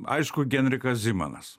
aišku genrikas zimanas